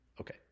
okay